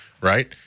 Right